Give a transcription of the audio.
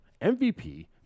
MVP